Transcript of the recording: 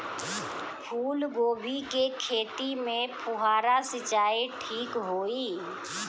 फूल गोभी के खेती में फुहारा सिंचाई ठीक होई?